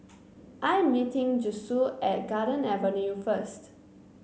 I am meeting Josue at Garden Avenue first